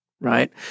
right